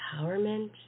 empowerment